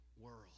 world